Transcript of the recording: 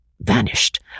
vanished